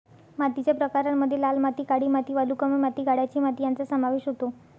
मातीच्या प्रकारांमध्ये लाल माती, काळी माती, वालुकामय माती, गाळाची माती यांचा समावेश होतो